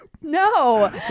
no